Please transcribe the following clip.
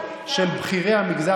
בשביל זה יש נבחרי ציבור.